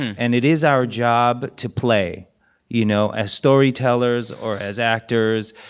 and it is our job to play you know? as storytellers or as actors.